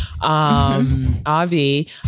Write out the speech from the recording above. Avi